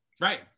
Right